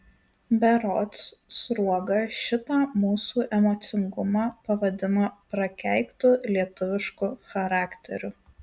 berods sruoga šitą mūsų emocingumą pavadino prakeiktu lietuvišku charakteriu